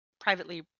privately